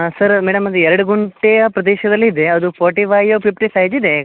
sir madam ಇದು ಎರಡು ಗುಂಟೆಯ ಪ್ರದೇಶದಲ್ಲಿದೆ ಅದು ಫೋರ್ಟಿ ಫೈವ್ ಫಿಫ್ಟಿ ಸೈಜ್ ಇದೆ